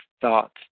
thoughts